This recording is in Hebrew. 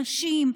נשים,